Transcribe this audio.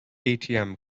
atm